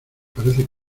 parece